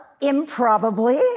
improbably